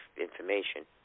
information